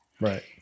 Right